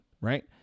right